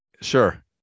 Sure